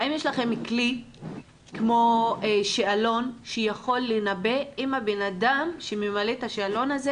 יש לכם כלי כמו שאלון שיכול לנבא אם האדם שממלא את השאלון הזה